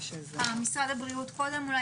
משרד הבריאות קודם אולי?